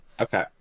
okay